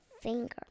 finger